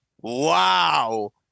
Wow